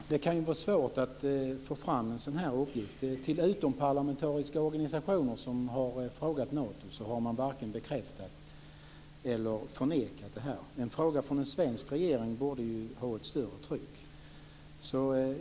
Fru talman! Det kan vara svårt att få fram en sådan här uppgift. När utomparlamentariska organisationer har frågat Nato har man varken bekräftat eller förnekat. En fråga från den svenska regeringen borde ju ha ett större tryck.